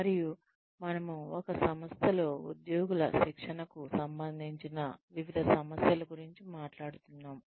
మరియు మనము ఒక సంస్థలో ఉద్యోగుల శిక్షణకు సంబంధించిన వివిధ సమస్యల గురించి మాట్లాడుతున్నాము